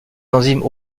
enzymes